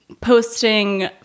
posting